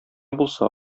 булса